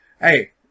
Hey